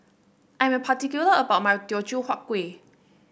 I am particular about my Teochew Huat Kuih